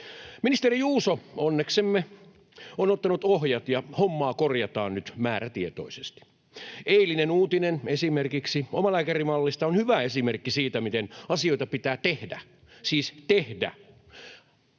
Ministeri Juuso — onneksemme — on ottanut ohjat, ja hommaa korjataan nyt määrätietoisesti. Eilinen uutinen omalääkärimallista on hyvä esimerkki siitä, miten asioita pitää tehdä, siis tehdä.